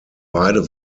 beide